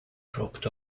dropped